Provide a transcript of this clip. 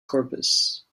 corpus